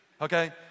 okay